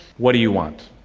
what do you want?